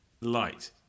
Light